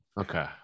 Okay